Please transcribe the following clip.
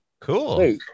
Cool